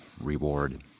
Reward